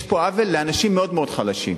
יש פה עוול לאנשים מאוד מאוד חלשים.